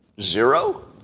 Zero